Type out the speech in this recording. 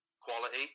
quality